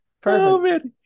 perfect